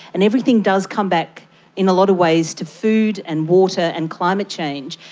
and everything does come back in a lot of ways to food and water and climate change,